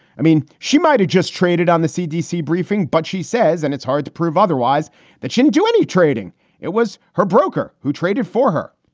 i mean, she might have just traded on the cdc briefing, but she says and it's hard to prove otherwise that she'd do any trading it was her broker who traded for her.